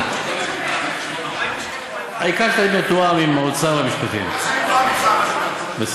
ואחרי זה נמשיך בדיון.